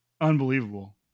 unbelievable